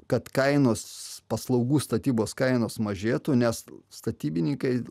kad kainos paslaugų statybos kainos mažėtų nes statybininkai